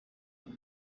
hano